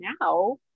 now